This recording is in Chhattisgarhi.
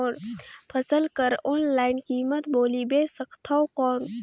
फसल कर ऑनलाइन कीमत बोली बेच सकथव कौन?